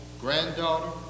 granddaughter